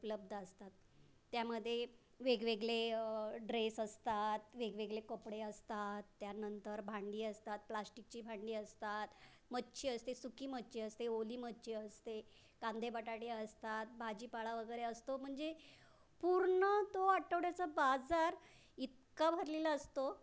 उपलब्ध असतात त्यामध्ये वेगवेगळे ड्रेस असतात वेगवेगळे कपडे असतात त्यानंतर भांडी असतात प्लास्टिकची भांडी असतात मच्छी असते सुकी मच्छी असते ओली मच्छी असते कांदे बटाटे असतात भाजीपाला वगैरे असतो म्हणजे पूर्ण तो आठवड्याचा बाजार इतका भरलेला असतो